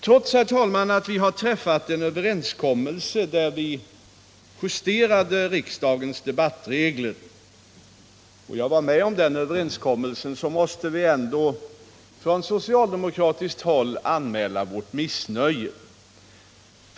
Trots att vi har träffat en överenskommelse, där vi justerat riksdagens debattregler — jag var själv med om denna överenskommelse — måste vi från socialdemokratiskt håll anmäla vårt missnöje.